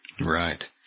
Right